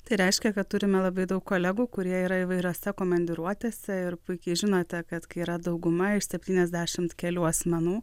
tai reiškia kad turime labai daug kolegų kurie yra įvairiose komandiruotėse ir puikiai žinote kad kai yra dauguma iš septyniasdešimt kelių asmenų